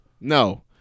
No